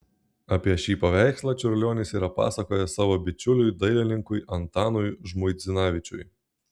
apie šį paveikslą čiurlionis yra pasakojęs savo bičiuliui dailininkui antanui žmuidzinavičiui